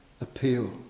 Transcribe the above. appeal